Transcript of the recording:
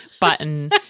button